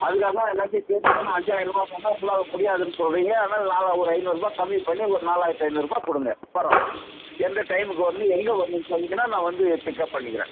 அதுக்காக தான் எல்லாத்தையும் சேர்த்து தான் நான் அஞ்சாயரரூபாவா சொன்னேன் உங்களால் முடியாதுன்னு சொல்கிறீங்க அதனால் நான் ஒரு ஐநூறுபா கம்மி பண்ணி ஒரு நாலாயிரத்தி ஐநூறுபா கொடுங்க வர்றோம் எந்த டைமுக்கு வரணும் எங்கே வரணுன்னு சொன்னிங்கன்னா நான் வந்து பிக்கப் பண்ணிக்கிறேன்